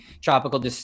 tropical